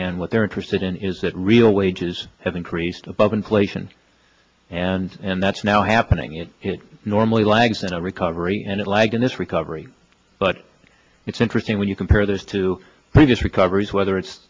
and what they're interested in is that real wages have increased above inflation and that's now happening it normally lags in a recovery and it lag in this recovery but it's interesting when you compare those to previous recoveries whether it's